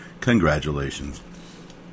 Congratulations